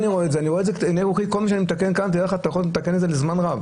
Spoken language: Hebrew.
בעיני רוחי, זה הולך להיות זמן רב.